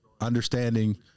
understanding